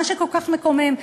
מה שכל כך מקומם,